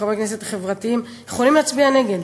חברי הכנסת החברתיים יכולים להצביע נגד.